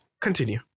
continue